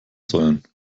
sollen